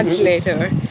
later